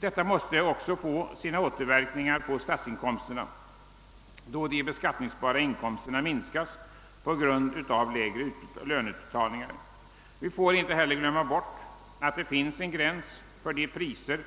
Detta måste också få återverkningar på statsinkomsterna, då de beskattningsbara inkomsterna minskar på grund av lägre löneutbetalningar. Vi får inte heller glömma bort att det finns en gräns för de priser